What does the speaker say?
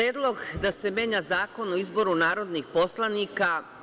Predlog da se menja Zakon o izboru narodnih poslanika.